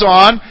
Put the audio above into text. on